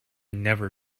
never